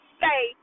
say